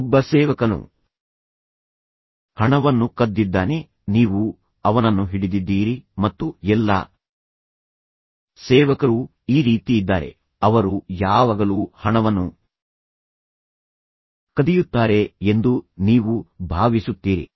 ಒಬ್ಬ ಸೇವಕನು ಹಣವನ್ನು ಕದ್ದಿದ್ದಾನೆ ನೀವು ಅವನನ್ನು ಹಿಡಿದಿದ್ದೀರಿ ಮತ್ತು ಎಲ್ಲಾ ಸೇವಕರು ಈ ರೀತಿ ಇದ್ದಾರೆ ಅವರು ಯಾವಾಗಲೂ ಹಣವನ್ನು ಕದಿಯುತ್ತಾರೆ ಎಂದು ನೀವು ಭಾವಿಸುತ್ತೀರಿ